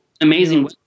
amazing